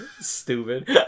Stupid